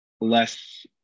less